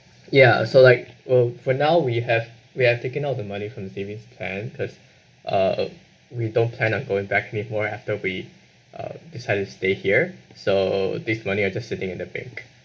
ya so like oh for now we have we have taken out the money from the savings plan thus uh we don't plan on going back anymore after we uh decided to stay here so this money are just sitting in the bank